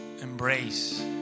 embrace